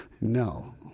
No